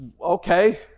okay